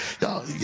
y'all